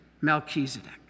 Melchizedek